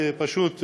זה פשוט,